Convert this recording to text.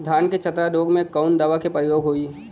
धान के चतरा रोग में कवन दवा के प्रयोग होई?